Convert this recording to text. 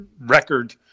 record